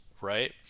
right